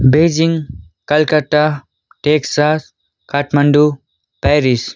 Beijing Calcutta Texas Kathmandu Paris